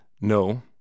No